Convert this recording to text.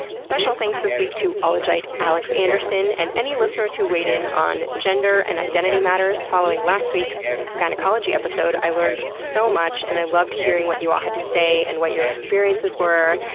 special thanks this week to ologite alex anderson and any listeners who weighed in on gender and identity matters following last week's gynecology episode. i learned so much, and i loved hearing what you all had to say, and what your experiences were.